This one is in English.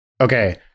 Okay